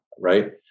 right